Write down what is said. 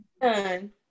done